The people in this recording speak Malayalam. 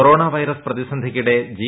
കൊറോണ വൈറസ് പ്രതിസന്ധിക്കിടെ ജി